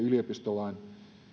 yliopistolain